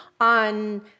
on